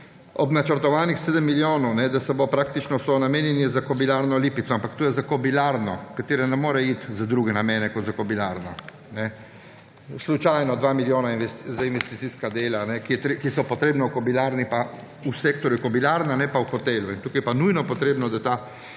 Ob načrtovanih 7 milijonov, praktično so namenjeni za Kobilarno Lipica, ampak to je za kobilarno, ki ne morejo iti za druge name kot za kobilarno, slučajno 2 milijona za investicijska dela, ki so potrebna v kobilarni pa v sektorju kobilarna, ne pa v hotelu. Tukaj je pa nujno potrebno, da ta